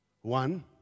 one